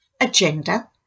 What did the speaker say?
agenda